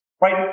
right